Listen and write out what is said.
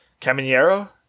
Caminero